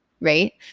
right